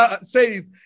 says